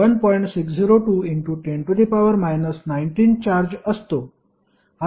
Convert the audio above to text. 60210 19 charge असतो